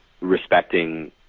respecting